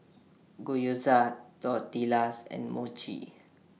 Gyoza Tortillas and Mochi